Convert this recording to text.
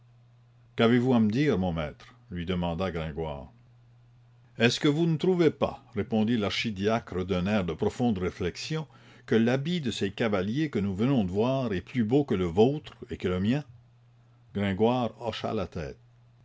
qu'avez-vous à me dire mon maître lui demanda gringoire est-ce que vous ne trouvez pas répondit l'archidiacre d'un air de profonde réflexion que l'habit de ces cavaliers que nous venons de voir est plus beau que le vôtre et que le mien gringoire hocha la tête